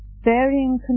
varying